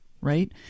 right